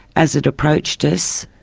as it approached us,